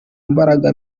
mbaraga